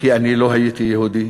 כי אני לא הייתי יהודי.